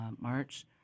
March